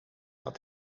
dat